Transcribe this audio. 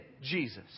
Jesus